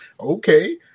Okay